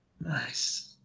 Nice